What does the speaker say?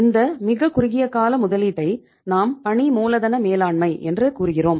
இந்த மிகக்குறுகிய கால முதலீட்டை நாம் பணி மூலதன மேலாண்மை என்றும் கூறுவோம்